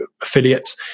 affiliates